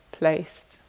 placed